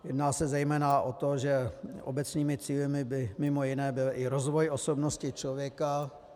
Jedná se zejména o to, že obecnými cíli by mimo jiné byl i rozvoj osobnosti člověka...